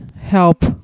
help